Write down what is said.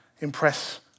impress